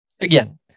Again